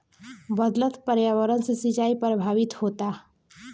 बदलत पर्यावरण से सिंचाई प्रभावित होता